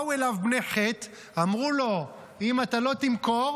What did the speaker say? באו אליו בני חת ואמרו לו: אם אתה לא תמכור,